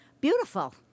Beautiful